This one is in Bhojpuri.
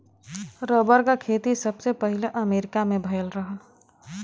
रबर क खेती सबसे पहिले अमरीका में भयल रहल